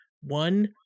one